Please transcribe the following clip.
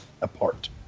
apart